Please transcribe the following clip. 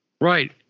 Right